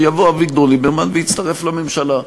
יבוא אביגדור ליברמן ויצטרף לממשלה.